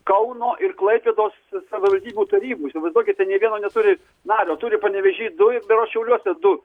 kauno ir klaipėdos savivaldybių tarybų įsivaizduokite nė vieno neturi nario turi panevėžy du ir berods šiauliuose du